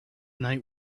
night